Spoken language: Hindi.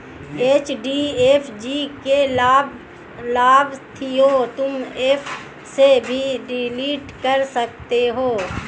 एच.डी.एफ.सी की लाभार्थियों तुम एप से भी डिलीट कर सकते हो